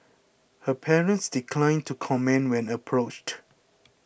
her parents declined to comment when approached